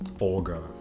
olga